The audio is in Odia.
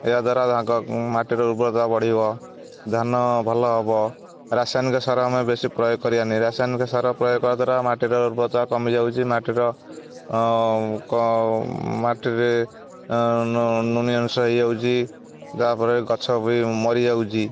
ଏହାଦ୍ୱାରା ଆଗ ମାଟିର ଉର୍ବରତା ବଢ଼ିବ ଧାନ ଭଲ ହବ ରାସାୟନିକ ସାର ଆମେ ବେଶୀ ପ୍ରୟୋଗ କରିବାନି ରାସାୟନିକ ସାର ପ୍ରୟୋଗ କରିବା ଦ୍ୱାରା ମାଟିର ଉର୍ବରତା କମିଯାଉଛି ମାଟିର ମାଟିରେ ଲୁଣି ଅଂଶ ହେଇଯାଉଛି ତା'ପରେ ଗଛ ବି ମରିଯାଉଛି